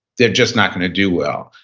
they're just not going to do well.